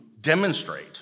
demonstrate